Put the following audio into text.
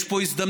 יש פה הזדמנות,